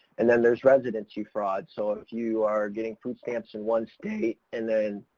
and then there's residency fraud, so if you are getting food stamps in one state and then